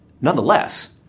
Nonetheless